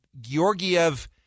Georgiev